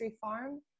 farm